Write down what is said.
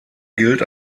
gilt